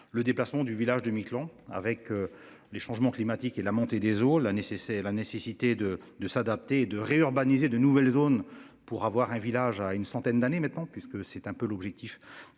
Le déplacement du village de Miquelon avec. Les changements climatiques et la montée des eaux, la nécessaire la nécessité de de s'adapter de re-urbanisée de nouvelles zones pour avoir un village à une centaine d'années maintenant, puisque c'est un peu l'objectif